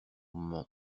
moment